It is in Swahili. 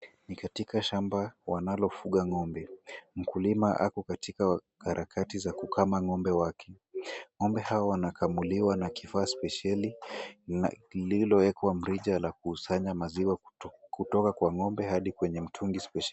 Ni katika shamba wanalofuga ng'ombe .Mkulima ako katika harakati za kukama ngombe wake, ngombe hawa wanakamuliwa na kifaa spesheli lililowekwa mrija la kusanya maziwa kutoka kwa ng'ombe hadi kwa mtungi spesheli.